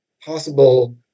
possible